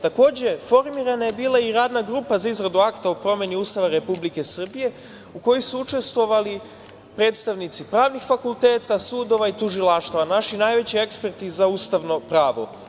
Takođe, formirana je bila i Radna grupa za izradu Akta o promeni Ustava Republike Srbije u kojoj su učestvovali predstavnici pravnih fakulteta, sudova i tužilaštava, naši najveći eksperti za Ustavno pravo.